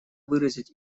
выразить